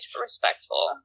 respectful